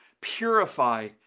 purify